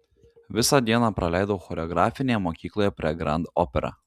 visą dieną praleidau choreografinėje mokykloje prie grand opera